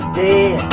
day